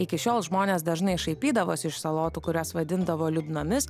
iki šiol žmonės dažnai šaipydavosi iš salotų kurias vadindavo liūdnomis